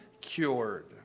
cured